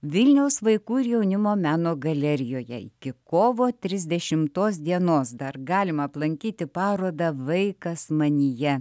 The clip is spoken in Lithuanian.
vilniaus vaikų ir jaunimo meno galerijoje iki kovo trisdešimtos dienos dar galima aplankyti parodą vaikas manyje